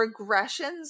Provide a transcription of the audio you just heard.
regressions